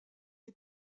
est